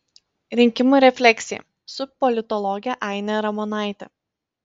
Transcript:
rinkimų refleksija su politologe aine ramonaite